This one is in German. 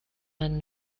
man